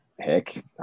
heck